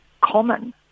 common